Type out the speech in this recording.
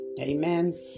Amen